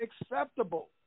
acceptable